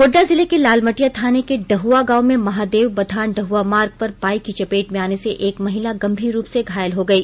गोड्डा जिला के लालमटिया थाने के डहआ गांव में महादेव बथान डहआ मार्ग पर बाइक की चपेट में आने से एक महिला गंभीर रूप से घायल हो गई